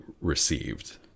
received